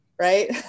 right